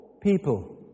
people